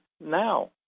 now